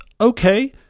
okay